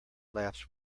laughs